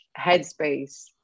headspace